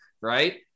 right